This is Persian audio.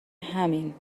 همین